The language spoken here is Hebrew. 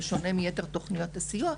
בשונה מיתר תוכניות הסיוע,